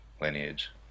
lineage